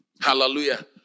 Hallelujah